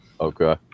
Okay